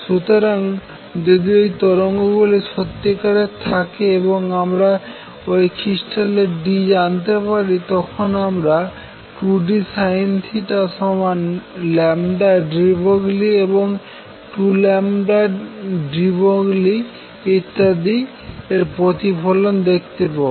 সুতরাং যদি ওই তরঙ্গ গুলি সত্যিকারে থাকে এবং যদি আমরা ওই ক্রিস্টালের d জানতে পারি তখন আমরা 2dSinθdeBroglie এবং 2deBroglie ইত্যাদি এর প্রতিফলন দেখতে পাবো